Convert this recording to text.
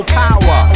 power